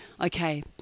okay